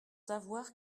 savoir